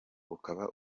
ukaba